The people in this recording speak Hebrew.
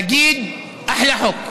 תגיד: אחלה חוק.